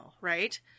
right